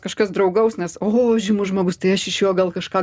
kažkas draugaus nes oho žymus žmogus tai aš iš jo gal kažką